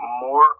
more